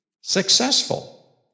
successful